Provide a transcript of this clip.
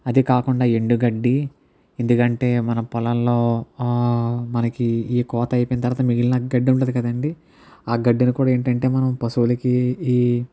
అది కాకుండా ఎండుగడ్డి ఎందుకంటే మన పొలంలో మనకి ఈ కోత అయిపోయిన తరువాత మిగిలిన గడ్డి ఉంటుంది కదా అండి ఆ గడ్డిని కూడా ఏంటంటే మనం పశువులకి ఈ